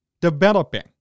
Developing